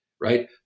right